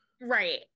Right